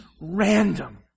random